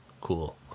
cool